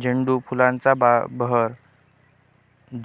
झेंडू फुलांचा बहर